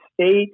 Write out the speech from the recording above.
state